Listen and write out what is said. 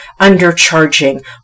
undercharging